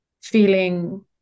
feeling